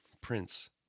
Prince